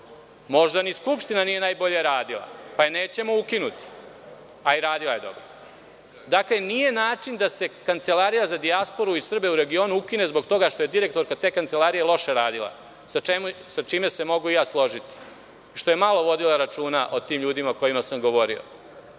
možda ni Skupština nije najbolje radila, pa je nećemo ukinuti, ali radila je dobro. Dakle, nije način da se Kancelarija za dijasporu i Srbe u regionu ukine zbog toga što je direktorka te kancelarije loše radila, sa čime se mogu i ja složiti, što je malo vodila računa o tim ljudima o kojima sam govorio,